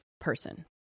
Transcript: person